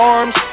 Arms